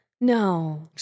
No